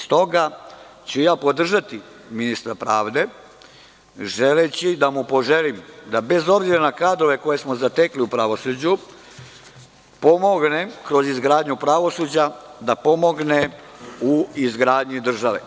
Stoga ću ja podržati ministra pravde, želeći da mu poželim da bez obzira na kadrove koje smo zatekli u pravosuđu pomogne kroz izgradnju pravosuđa, da pomogne u izgradnji države.